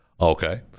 Okay